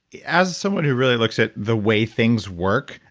as someone who really looks at the way things work,